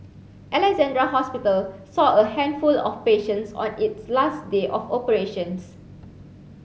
Alexandra Hospital saw a handful of patients on its last day of operations